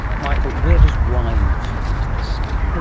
michael, where does wine fit into this scheme?